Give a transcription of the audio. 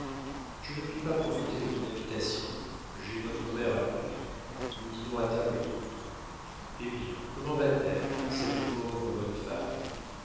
je ne puis pas profiter de ton invitation j'ai notre mère à conduire nous dînons à table d'hôte eh bien comment va-t-elle cette pauvre bonne femme